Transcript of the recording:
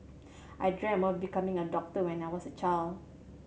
I dreamt of becoming a doctor when I was a child